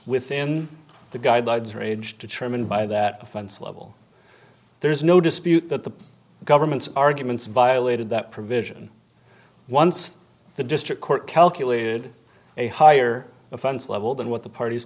within the guidelines range determined by that offense level there's no dispute that the government's arguments violated that provision once the district court calculated a higher offense level than what the parties